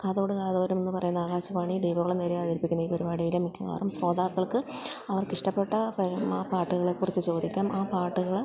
കാതോടുകാതോരം എന്നുപറയുന്ന ആകാശവാണി ദേവികുളം നിലയം അവതരിപ്പിക്കുന്ന ഈ പരിപാടിയില് മിക്കവാറും ശ്രോതാക്കൾക്ക് അവർക്കിഷ്ടപ്പെട്ട പാട്ടുകളെക്കുറിച്ച് ചോദിക്കാം ആ പാട്ടുകള്